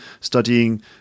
studying